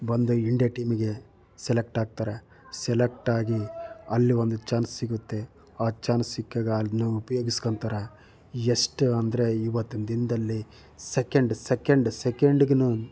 ಬಂದು ಇಂಡಿಯಾ ಟೀಮಿಗೆ ಸೆಲೆಕ್ಟಾಗ್ತಾರೆ ಸೆಲೆಕ್ಟಾಗಿ ಅಲ್ಲಿ ಒಂದು ಚಾನ್ಸ್ ಸಿಗುತ್ತೆ ಆ ಚಾನ್ಸ್ ಸಿಕ್ಕಾಗ ಅದನ್ನ ಉಪಯೋಗಿಸ್ಕೋತಾರೆ ಎಷ್ಟು ಅಂದರೆ ಇವತ್ತಿನ ದಿನದಲ್ಲಿ ಸೆಕೆಂಡ್ ಸೆಕೆಂಡ್ ಸೆಕೆಂಡಿಗೂನು